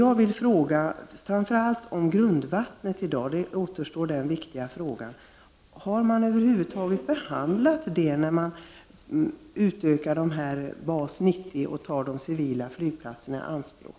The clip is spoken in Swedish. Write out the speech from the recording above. Jag vill framför allt fråga om grundvattnet, om man över huvud taget har beaktat detta när Bas-90 skall utökas genom att de civila flygplatserna tas i anspråk.